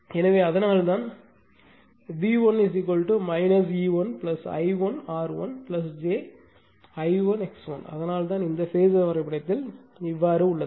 எனவே அதனால்தான் V1 E1 I1 R1 j I1 X1 அதனால்தான் இந்த phasor வரைபடத்தில் இவ்வாறு உள்ளது